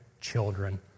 children